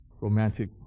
romantic